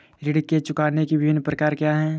ऋण चुकाने के विभिन्न प्रकार क्या हैं?